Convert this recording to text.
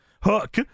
Hook